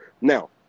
Now